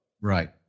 Right